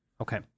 okay